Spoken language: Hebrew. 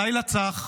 "לילה צח,